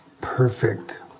perfect